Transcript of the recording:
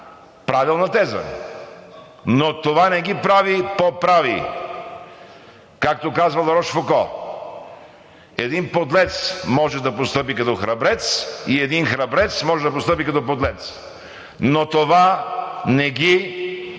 правилна теза. Но това не ги прави по-прави. Както казва Ларошфуко – един подлец може да постъпи като храбрец и един храбрец може да постъпи като подлец, но това не ги прави